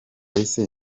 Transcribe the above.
ese